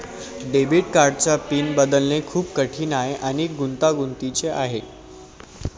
debit कार्डचा PIN बदलणे खूप कठीण आणि गुंतागुंतीचे आहे